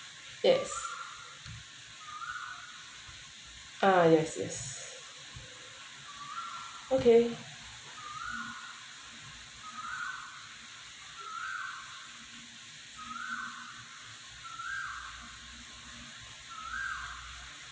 yes uh yes yes okay